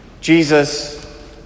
Jesus